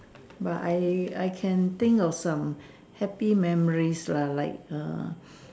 but I I can think of some happy memories lah like err